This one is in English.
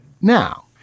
Now